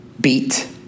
beat